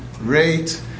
rate